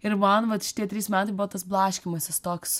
ir man vat šitie trys metai buvo tas blaškymasis toks